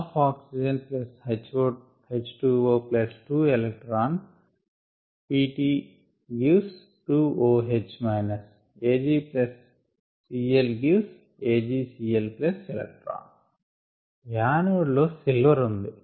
12O2H2O2e Pt→2OH AgCl →AgCle anode లో silver ఉంది